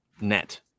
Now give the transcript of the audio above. net